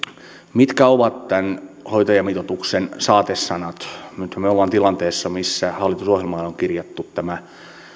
mitkä ovat tämän hoitajamitoituksen saatesanat nythän me olemme tilanteessa missä hallitusohjelmaan on kirjattu tämä